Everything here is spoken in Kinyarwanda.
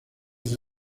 iyo